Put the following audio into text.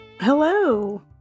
Hello